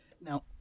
Now